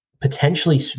potentially